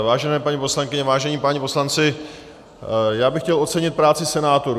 Vážené paní poslankyně, vážení páni poslanci, já bych chtěl ocenit práci senátorů.